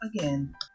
again